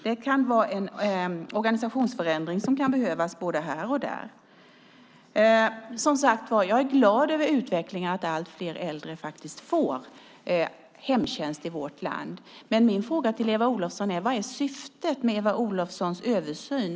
Det kan behövas en organisationsförändring både här och där. Som sagt är jag glad över utvecklingen att allt fler äldre får hemtjänst i vårt land. Men min fråga är: Vilket är syftet med Eva Olofssons översyn?